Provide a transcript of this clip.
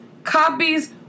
copies